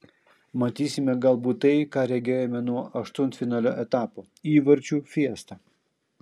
matysime galbūt tai ką regėjome nuo aštuntfinalio etapo įvarčių fiestą